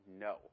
No